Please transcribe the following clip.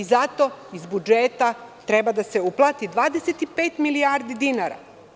Zato iz budžeta treba da se uplati 25 milijardi dinara.